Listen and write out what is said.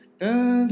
dun